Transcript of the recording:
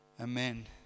Amen